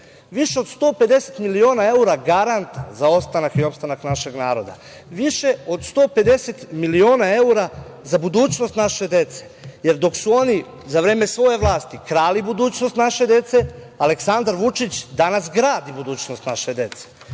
više od 150 miliona evra garanta za ostanak i opstanak našeg naroda, više od 150 miliona evra za budućnost naše dece, jer dok su oni za vreme svoje vlasti krali budućnost naše dece, Aleksandar Vučić danas gradi budućnost naše dece.